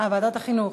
ועדת החינוך.